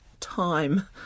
time